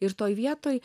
ir toj vietoj